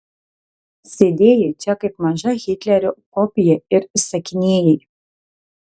sėdėjai čia kaip maža hitlerio kopija ir įsakinėjai